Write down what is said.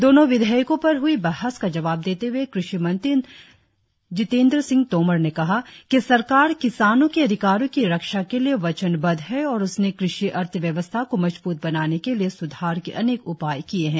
दोनो विधेयकों पर हुई बहस का जबाव देते हुए कृषि मंत्री नरेन्द्र सिंह तोमर ने कहा कि सरकार किसानों के अधिकारों की रक्षा के लिए वचनबद्ध है और उसने कृषि अर्थव्यवस्था को मजबूत बनाने के लिए स्धार के अनेक उपाय किए हैं